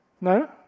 No